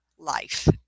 life